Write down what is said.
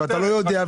אתה לא יודע,